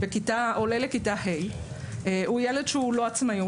שעולה לכיתה ה' והוא ילד שהוא לא עצמאי,